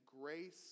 grace